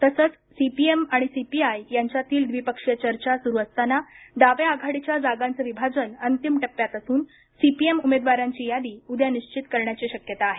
तसंच सीपीएम आणि सीपीआय यांच्यातील द्विपक्षीय चर्चा सुरू असताना डाव्या आघाडीच्या जागांचं विभाजन अंतिम टप्प्यात असून सीपीएम उमेदवारांची यादी उद्या निश्वित करण्याची शक्यता आहे